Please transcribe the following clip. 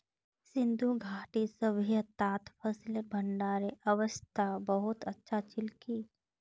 सिंधु घाटीर सभय्तात फसलेर भंडारनेर व्यवस्था बहुत अच्छा छिल की